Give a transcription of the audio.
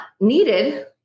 needed